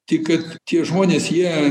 tik kad tie žmonės jie